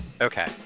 okay